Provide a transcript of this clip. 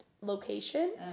location